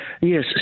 Yes